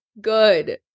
good